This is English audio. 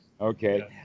Okay